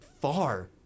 far